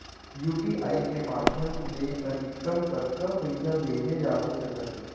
UPI के माधयम ले अधिकतम कतका पइसा भेजे जाथे सकत हे?